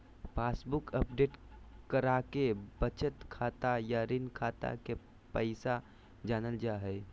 passbook update कराके बचत खाता या ऋण खाता के पैसा जानल जा हय